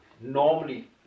normally